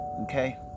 okay